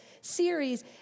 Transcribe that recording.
series